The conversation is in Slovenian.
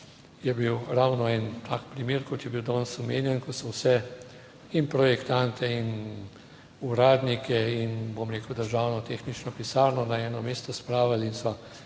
je bil ravno en tak primer, kot je bil danes omenjen, ko so vse in projektante in uradnike in, bom rekel, državno tehnično pisarno na eno mesto spravili in so